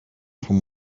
from